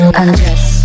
undress